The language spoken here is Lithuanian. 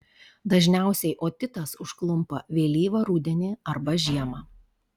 dažniausiai otitas užklumpa vėlyvą rudenį arba žiemą